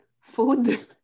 Food